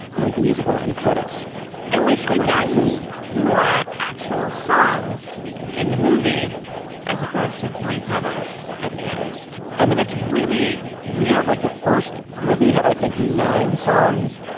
like musical and credits i wish we guys is more actual songs in the movie as opposed to three covers at. the end i mean, it's really weird, like the first movie had, i think, nine songs.